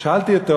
ושאלתי אותו,